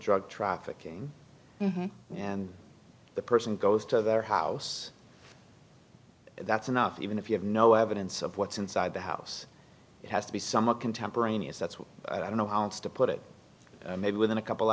drug trafficking and the person goes to their house that's enough even if you have no evidence of what's inside the house it has to be somewhat contemporaneous that's what i don't know how else to put it maybe within a couple